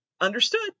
Understood